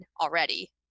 already